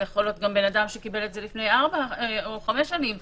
זה יכול להיות אדם שקיבל לפני ארבע או חמש שנים,